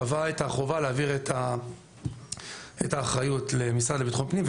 קבע את החובה להעביר את האחריות למשרד לביטחון פנים.